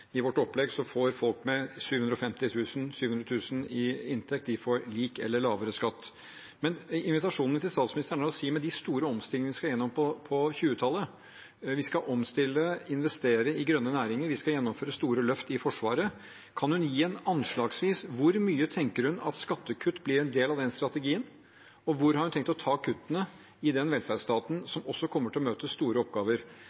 I vårt opplegg får folk med under 750 000 kr i inntekt lik eller lavere skatt. Invitasjonen min til statsministeren er følgende – med de store omstillingene vi skal igjennom på 2020-tallet, vi skal omstille og investere i grønne næringer, vi skal gjennomføre store løft i Forsvaret: Kan hun anslagsvis si hvor mye hun tenker at skattekutt blir en del av den strategien? Og hvor har hun tenkt å ta kuttene i den velferdsstaten